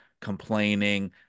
complaining